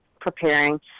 preparing